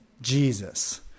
jesus